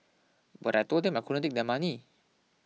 but I told them I couldn't take their money